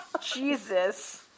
Jesus